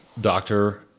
doctor